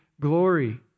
glory